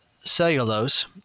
cellulose